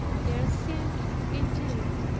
there seemed, indeed,